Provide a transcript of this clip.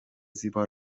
زیبا